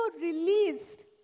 released